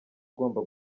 ugomba